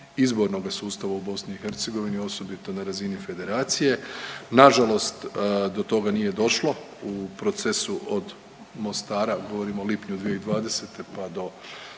izbornoga sustava u BiH osobito na razini Federacije. Na žalost do toga nije došlo u procesu od Mostara govorim o lipnju 2020. pa do